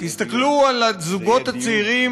הסתכלו על הזוגות הצעירים,